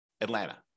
Atlanta